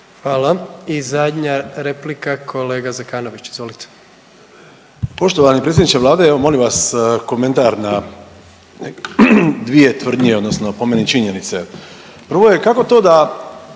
Hvala. I zadnja replika kolega Zekanović, izvolite.